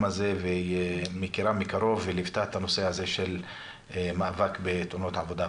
הזה והיא מכירה מקרוב וליוותה את הנושא הזה של מאבק בתאונות עבודה.